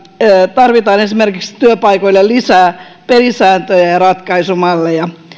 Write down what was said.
tarvitaan esimerkiksi työpaikoille lisää pelisääntöjä ja ratkaisumalleja